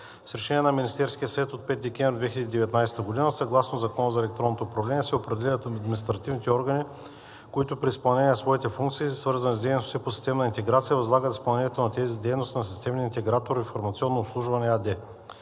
С Решение на Министерския съвет от 5 декември 2019 г. съгласно Закона за електронното управление се определят административните органи, които при изпълнение на своите функции, свързани с дейности по системна интеграция, възлагат изпълнението на тези дейности на системния интегратор –„Информационно обслужване“ АД.